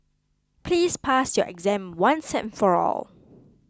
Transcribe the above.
please pass your exam once and for all